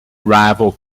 rival